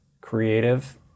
creative